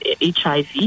HIV